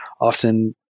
often